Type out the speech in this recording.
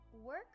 Work